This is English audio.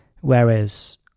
whereas